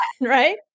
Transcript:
Right